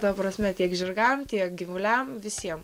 ta prasme tiek žirgam tiek gyvuliam visiem